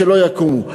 שלא יקומו.